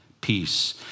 peace